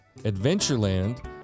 Adventureland